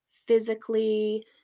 physically